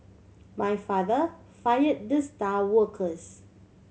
my father fire the star workers